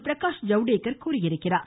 பிரகாஷ் ஜவ்டேகர் தெரிவித்துள்ளார்